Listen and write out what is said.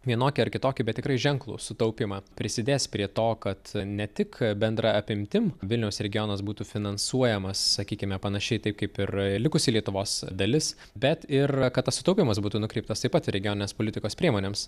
vienokį ar kitokį bet tikrai ženklų sutaupymą prisidės prie to kad ne tik bendra apimtim vilniaus regionas būtų finansuojamas sakykime panašiai taip kaip ir likusi lietuvos dalis bet ir kad tas sutaupymas būtų nukreiptas taip pat regioninės politikos priemonėms